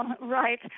right